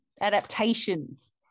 adaptations